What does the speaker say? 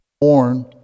born